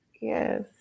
Yes